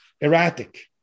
erratic